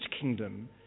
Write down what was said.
kingdom